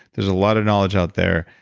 there's a lot of knowledge out there.